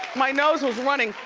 my nose was running.